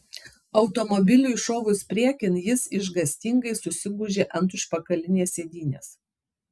automobiliui šovus priekin jis išgąstingai susigūžė ant užpakalinės sėdynės